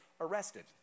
arrested